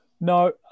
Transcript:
no